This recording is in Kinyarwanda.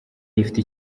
rifite